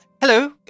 Hello